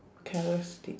characteristic